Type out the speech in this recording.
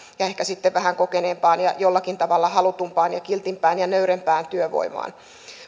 ehkä sitten vähän kokeneempaan ja jollakin tavalla halutumpaan ja kiltimpään ja nöyrempään työvoimaan